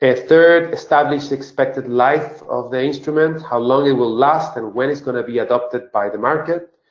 ah third, establish expected life of the instrument, how long it will last and when it's going to be adopted by the market.